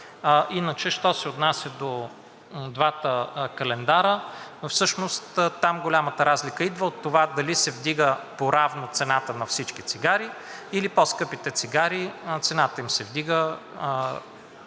иначе, що се отнася до двата календара, всъщност там голямата разлика идва от това дали се вдига поравно цената на всички цигари, или на по-скъпите цигари цената им се вдига повече